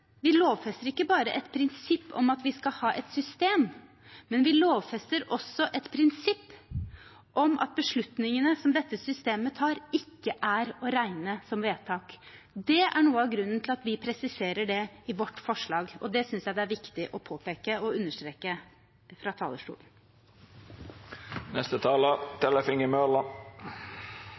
Vi lovfester ikke bare et prinsipp om at vi skal ha et system, vi lovfester også et prinsipp om at beslutningene som dette systemet tar, ikke er å regne som vedtak. Det er noe av grunnen til at vi presiserer det i vårt forslag, og det synes jeg det er viktig å påpeke og understreke fra